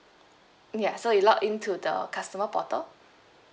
ya so you login to the customer portal